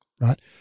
right